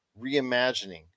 reimagining